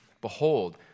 Behold